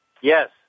Yes